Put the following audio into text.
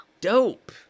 Dope